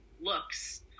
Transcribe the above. looks